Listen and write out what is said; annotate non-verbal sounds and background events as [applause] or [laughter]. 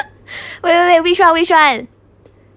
[laughs] wait wait wait which one which one